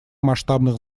масштабных